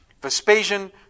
Vespasian